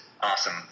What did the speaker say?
awesome